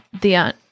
the-